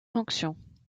fonction